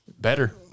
Better